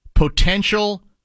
potential